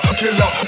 killer